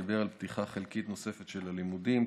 דיברו על פתיחה חלקית נוספת של הלימודים,